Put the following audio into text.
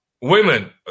Women